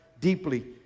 deeply